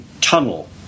tunnel